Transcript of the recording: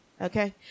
Okay